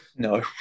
No